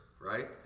right